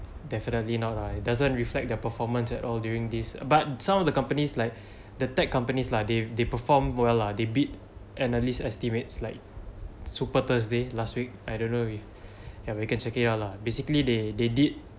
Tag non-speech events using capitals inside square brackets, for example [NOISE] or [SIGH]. definitely not lah it doesn't reflect their performance at all during this but some of the companies like [BREATH] the tech companies lah they they perform well lah they beat analyst estimates like super thursday last week I don't know if we can check it out lah basically they they did